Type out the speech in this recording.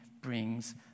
brings